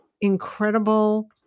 incredible